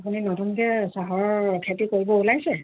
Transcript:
আপুনি নতুনকৈ চাহৰ খেতি কৰিব ওলাইছে